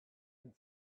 and